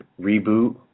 reboot